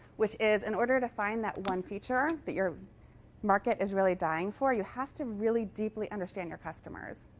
which is in order to find that one feature that your market is really dying for, you have to really deeply understand your customers.